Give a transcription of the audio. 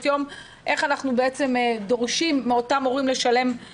יום איך אנחנו דורשים מאותם הורים לשלם?